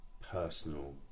personal